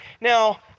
Now